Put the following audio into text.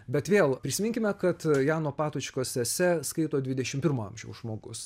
bet vėl prisiminkime kad jano patočkos ese skaito dvidešim pirmo amžiaus žmogus